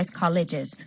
colleges